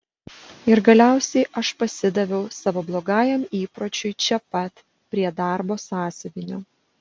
ir galiausiai aš pasidaviau savo blogajam įpročiui čia pat prie darbo sąsiuvinio